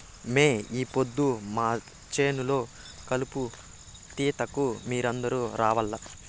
మే ఈ పొద్దు మా చేను లో కలుపు తీతకు మీరందరూ రావాల్లా